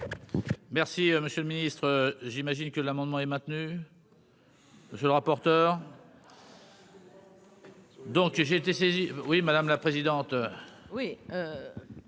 Merci, monsieur le Ministre, j'imagine que l'amendement est maintenu. Monsieur le rapporteur. Donc j'ai été saisi oui, madame la présidente. Oui,